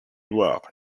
noir